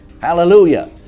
Hallelujah